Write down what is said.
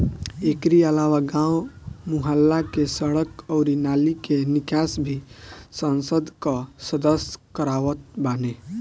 एकरी अलावा गांव, मुहल्ला के सड़क अउरी नाली के निकास भी संसद कअ सदस्य करवावत बाने